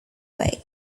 way